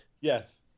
yes